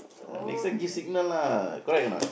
ah next time give signal lah correct or not